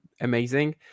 amazing